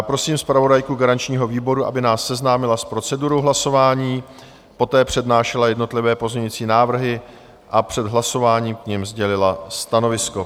Prosím zpravodajku garančního výboru, aby nás seznámila s procedurou hlasování, poté přednášela jednotlivé pozměňovací návrhy a před hlasováním k nim sdělila stanovisko.